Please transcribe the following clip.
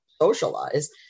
socialize